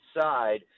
side